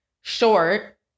short